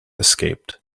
escaped